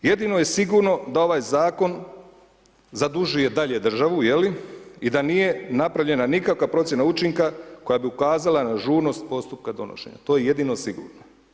Jedino je sigurno da ovaj zakon zadužuje dalje državu i da nije napravljena nikakva procjena učinka koja bi ukazala na žurnost postupka donošenja, to je jedino sigurno.